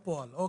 אוקיי,